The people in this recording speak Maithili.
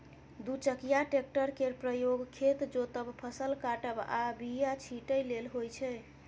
दु चकिया टेक्टर केर प्रयोग खेत जोतब, फसल काटब आ बीया छिटय लेल होइ छै